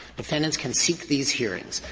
defendants can seek these hearings.